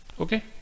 okay